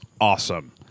awesome